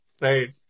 right